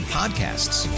podcasts